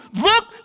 Look